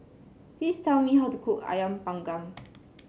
please tell me how to cook ayam panggang